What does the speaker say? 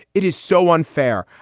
it is so unfair.